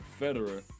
Federer